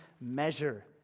measure